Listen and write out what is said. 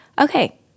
okay